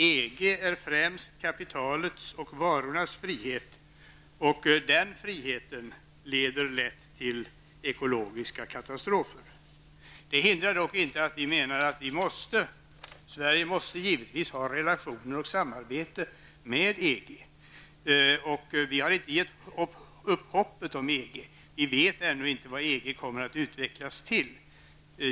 EG är främst kapitalets och varornas frihet. Den friheten leder lätt till ekologiska katastrofer. Det hindrar dock inte att Sverige givetvis måste ha relationer till och samarbete med EG. Vi har inte gett upp hoppet om EG. Vi vet ännu inte vad EG kommer att utvecklas till.